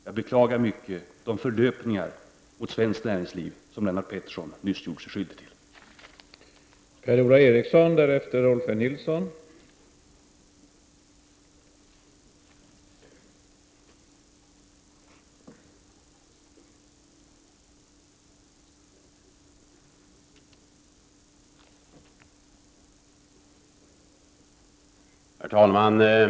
Jag beklagar verkligen de förlöpningar gentemot svenskt näringsliv som Lennart Pettersson nyss gjorde sig skyldig till.